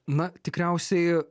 na tikriausiai